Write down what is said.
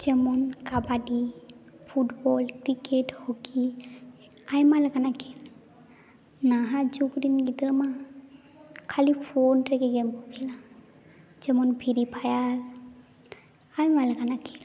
ᱡᱮᱢᱚᱱ kabaddi football cricket hockey ᱟᱭᱢᱟ ᱞᱮᱠᱟᱱᱟᱜ ᱠᱷᱮᱞ ᱱᱟᱦᱟᱜ ᱡᱩᱜᱽ ᱨᱮᱱ ᱜᱤᱫᱽᱨᱟᱹ ᱢᱟ ᱠᱷᱟᱹᱞᱤ ᱯᱷᱳᱱ ᱨᱮᱜᱮ ᱜᱮᱹᱢ ᱠᱚ ᱠᱷᱮᱞᱟ ᱡᱮᱢᱚᱱ ᱯᱷᱨᱤ ᱯᱷᱟᱭᱟᱨ ᱟᱭᱢᱟ ᱞᱮᱠᱟᱱᱟᱜ ᱠᱷᱮᱞ